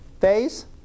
phase